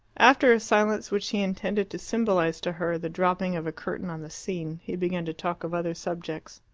after a silence, which he intended to symbolize to her the dropping of a curtain on the scene, he began to talk of other subjects.